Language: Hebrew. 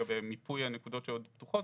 לגבי מיפוי הנקודות שעוד פתוחות,